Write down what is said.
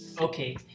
Okay